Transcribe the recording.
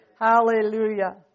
Hallelujah